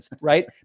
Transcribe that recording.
right